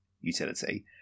utility